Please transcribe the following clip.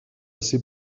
assez